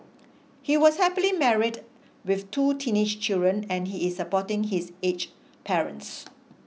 he was happily married with two teenage children and he is supporting his aged parents